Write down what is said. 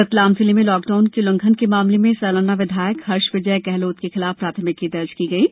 रतलाम जिले में लॉकडाउन उल्लंघन के मामले में सैलाना विधायक हर्षविजय गेहलोत के खिलाफ प्राथमिकी दर्ज किया गया है